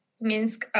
Minsk